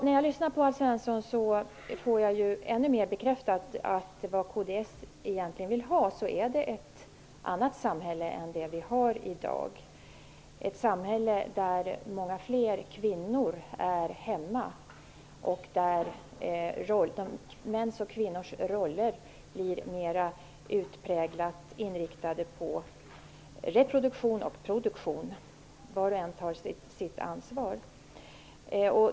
När jag lyssnar på Alf Svensson får jag ännu mer bekräftat att vad kds egentligen vill ha är ett annat samhälle än det vi har i dag. Man vill ha ett samhälle där många fler kvinnor är hemma och där mäns och kvinnors roller blir mer utpräglat inriktade på reproduktion respektive produktion, så att var och en tar sitt ansvar.